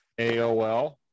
AOL